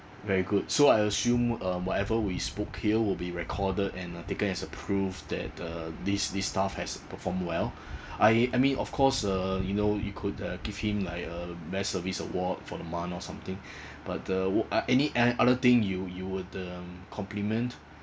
very good so I assume um whatever we spoke here will be recorded and uh taken as a proof that uh this this staff has performed well I I mean of course uh you know you could uh give him like a best service award for the month or something but uh would uh any any other thing you you would um compliment